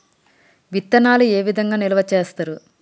విత్తనాలు ఏ విధంగా నిల్వ చేస్తారు?